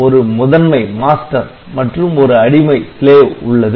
ஒரு முதன்மை மற்றும் ஒரு அடிமை உள்ளது